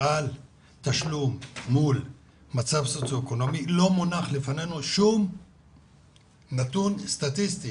על תשלום מול מצב סוציו-אקונומי ולא מונח לפנינו שום נתון סטטיסטי